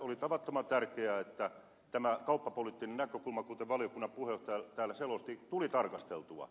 oli tavattoman tärkeää että tämä kauppapoliittinen näkökulma kuten valiokunnan puheenjohtaja täällä selosti tuli tarkasteltua